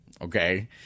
Okay